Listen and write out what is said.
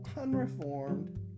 unreformed